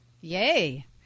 Yay